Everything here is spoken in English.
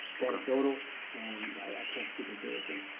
anecdotal, and i can't speak empirically.